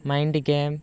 mind game